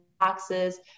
boxes